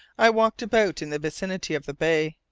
i walked about in the vicinity of the bay.